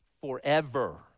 forever